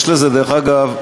דרך אגב,